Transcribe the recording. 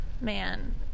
man